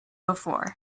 before